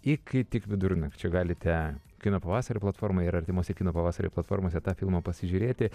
iki tik vidurnakčio galite kino pavasario platformoj ir artimose kino pavasario platformose tą filmą pasižiūrėti